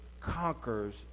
conquers